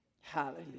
Hallelujah